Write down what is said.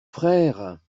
frères